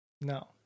No